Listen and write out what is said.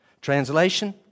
Translation